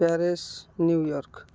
Paris New York